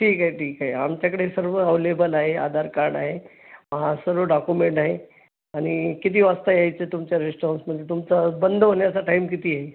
ठीक आहे ठीक आहे आमच्याकडे सर्व अवलेबल आहे आधार कार्ड आहे सर्व डॉकुमेंट आहे आणि किती वाजता यायचं तुमच्या रेस्टॉरंटमध्ये तुमचा बंद होण्याचा टाईम किती आहे